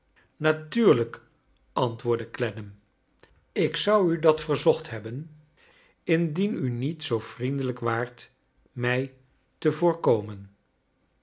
natuurlijk antwoordde clennam ik zou u dat verzocht hebben indien u niet zoo vriendelijk waart mij te voorkomen